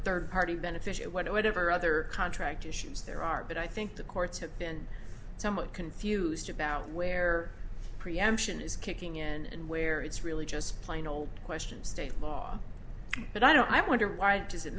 third party beneficial whatever other contract issues there are but i think the courts have been somewhat confused about where preemption is kicking in and where it's really just plain old question state law but i don't i wonder why does it